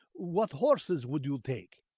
what horses would you take?